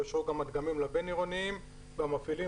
יאושרו גם הדגמים לבין-עירוניים והמפעילים